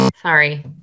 sorry